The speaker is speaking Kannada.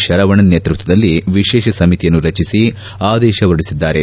ಶರವಣನ್ ನೇತೃತ್ವದಲ್ಲಿ ವಿಶೇಷ ಸಮಿತಿಯನ್ನು ರಚಿಸಿ ಆದೇಶ ಹೊರಡಿಸಿದ್ದಾರೆ